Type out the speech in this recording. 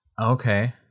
okay